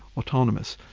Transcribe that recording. autonomous.